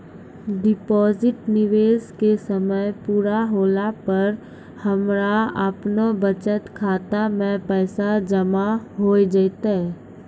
Deposit निवेश के समय पूरा होला पर हमरा आपनौ बचत खाता मे पैसा जमा होय जैतै?